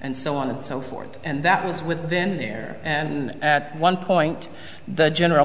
and so on and so forth and that was within there and at one point the general